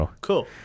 Cool